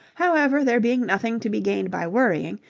however, there being nothing to be gained by worrying,